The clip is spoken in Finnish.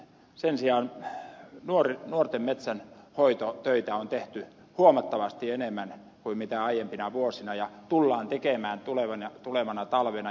sen sijaan nuorten metsien hoitotöitä on tehty huomattavasti enemmän kuin aiempina vuosina ja tullaan tekemään tulevana talvena